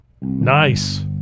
nice